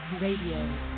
Radio